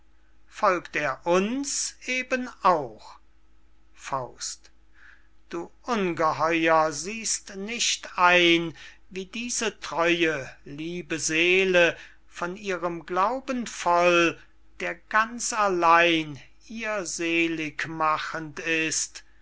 folgt er uns eben auch du ungeheuer siehst nicht ein wie diese treue liebe seele von ihrem glauben voll der ganz allein ihr selig machend ist